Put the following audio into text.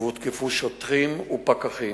והותקפו שוטרים ופקחים.